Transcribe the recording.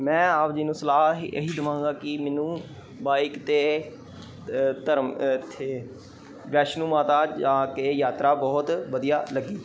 ਮੈਂ ਆਪ ਜੀ ਨੂੰ ਸਲਾਹ ਇਹ ਹੀ ਦਵਾਂਗਾ ਕਿ ਮੈਨੂੰ ਬਾਈਕ 'ਤੇ ਧਰਮ ਇੱਥੇ ਵੈਸ਼ਨੋ ਮਾਤਾ ਜਾ ਕੇ ਯਾਤਰਾ ਬਹੁਤ ਵਧੀਆ ਲੱਗੀ